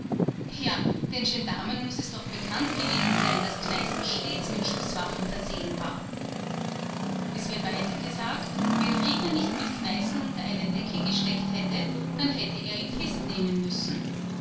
ja den gendarmen mußte es doch bekannt gewesen sein daß kneißl stets mit schußwaffen versehen war es wird weiter gesagt wenn rieger nicht mit kneißl unter einer decke gesteckt hätte dann hätte er ihn festnehmen müssen